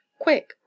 Quick